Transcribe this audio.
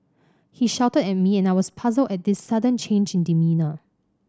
he shouted at me and I was puzzled at this sudden change in demeanour